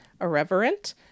irreverent